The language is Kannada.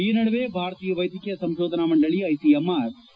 ಈ ನಡುವೆ ಭಾರತೀಯ ವೈದ್ಯಕೀಯ ಸಂಶೋಧನಾ ಮಂಡಳಿ ಐಸಿಎಂಆರ್ೆ